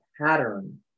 pattern